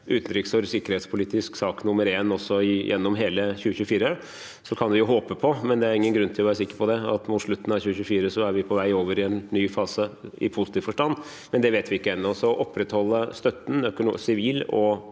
utenriks- og sikkerhetspolitisk sak nummer én også gjennom hele 2024. Så kan vi jo håpe på, men det er ingen grunn til å være sikker på det, at mot slutten av 2024 er vi på vei over i en ny fase, i positiv forstand, men det vet vi ikke ennå. Vi må derfor opprettholde støtten, den sivile og